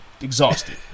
exhausted